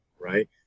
right